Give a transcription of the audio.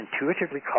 intuitively